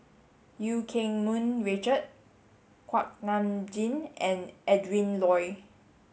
Eu Keng Mun Richard Kuak Nam Jin and Adrin Loi